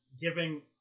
giving